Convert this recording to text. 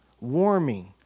warming